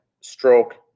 stroke